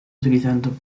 utilizando